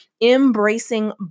embracing